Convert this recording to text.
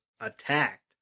attacked